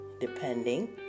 depending